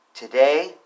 Today